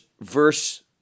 verse